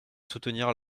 soutenir